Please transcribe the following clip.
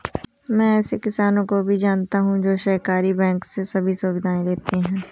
मैं ऐसे किसानो को भी जानता हूँ जो सहकारी बैंक से सभी सुविधाएं लेते है